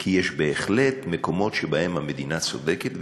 כי יש בהחלט מקומות שבהם המדינה צודקת,